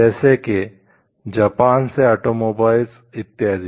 जैसे के जापान इत्याद